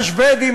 השבדים,